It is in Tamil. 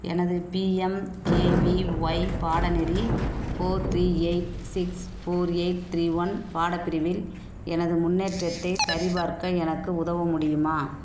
எனது பிஎம்கேவிஒய் பாடநெறி four three eight six four eight three one பாடப்பிரிவில் எனது முன்னேற்றத்தைச் சரிபார்க்க எனக்கு உதவ முடியுமா